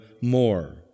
more